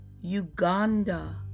Uganda